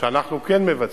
שאנחנו כן מבצעים.